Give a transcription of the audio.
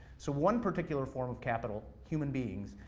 so one particular form of capital, human beings,